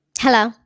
Hello